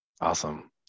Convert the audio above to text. Awesome